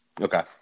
Okay